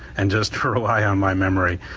and just rely on my memory.